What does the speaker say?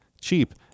cheap